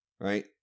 right